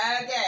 okay